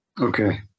Okay